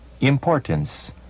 Importance